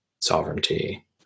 sovereignty